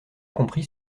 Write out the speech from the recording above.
comprit